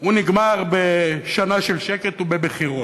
הוא נגמר בשנה של שקט ובבחירות,